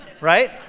Right